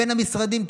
בין המשרדים,